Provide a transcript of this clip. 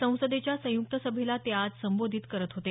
संसदेच्या संयुक्त सभेला ते संबोधित करत होते